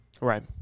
Right